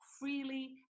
freely